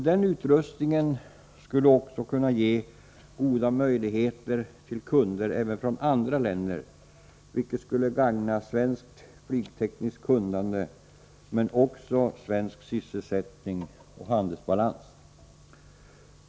Den utrustningen skulle också ge goda möjligheter att få kunder även från andra länder, vilket skulle gagna svenskt flygtekniskt kunnande men också svensk sysselsättning och handelsbalans.